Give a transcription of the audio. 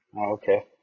Okay